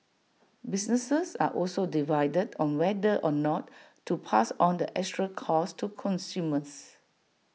businesses are also divided on whether or not to pass on the extra costs to consumers